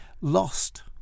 lost